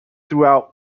throughout